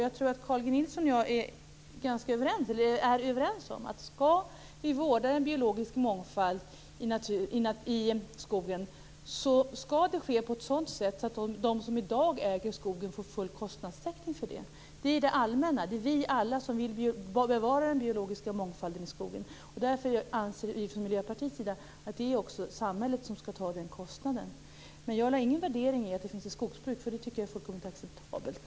Jag tror att Carl G Nilsson och jag är överens om att om vi skall vårda en biologisk mångfald i skogen, skall det ske på ett sådant sätt att de som i dag äger skogen får full kostnadstäckning för det. Vi vill alla bevara den biologiska mångfalden i skogen, och därför anser vi från Miljöpartiets sida att det är samhället som skall ta på sig den kostnaden. Men jag lade inte in någon värdering i att det finns ett skogsbruk. Det tycker jag är fullständigt acceptabelt.